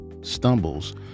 stumbles